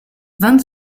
vingt